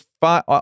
five